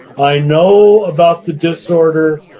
i know about the disorder,